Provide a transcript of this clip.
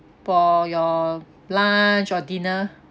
for your lunch or dinner